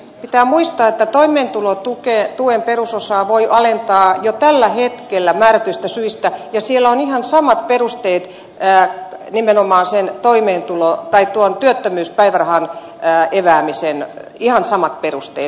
pitää muistaa että toimeentulotuen perusosaa voi alentaa jo tällä hetkellä määrätyistä syistä ja siellä on ihan samat perusteet nimenomaan sen työttömyyspäivärahan eväämiseen ihan samat perusteet